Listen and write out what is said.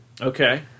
Okay